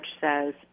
says